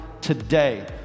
today